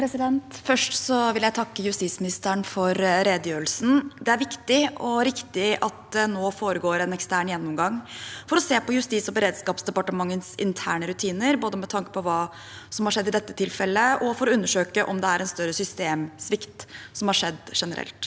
Først vil jeg takke justisministeren for redegjørelsen. Det er viktig og riktig at det nå foregår en ekstern gjennomgang for å se på Justis- og beredskapsdepartementets interne rutiner, både med tanke på hva som har skjedd i dette tilfellet, og for å undersøke om det er en større systemsvikt som har skjedd generelt.